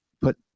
put